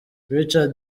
richard